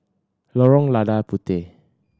Lorong Lada Puteh